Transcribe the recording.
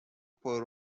por